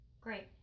great